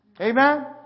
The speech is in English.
Amen